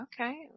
okay